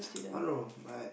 I don't know I